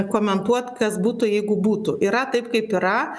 komentuot kas būtų jeigu būtų yra taip kaip yra